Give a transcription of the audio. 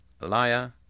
liar